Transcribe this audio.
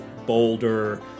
boulder